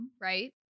right